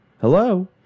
hello